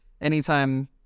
anytime